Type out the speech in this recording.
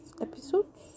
episodes